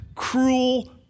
Cruel